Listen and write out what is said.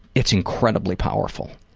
it's incredibly powerful,